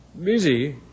Busy